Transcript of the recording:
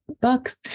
books